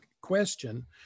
question